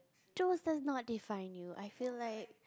not define you I feel like